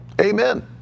amen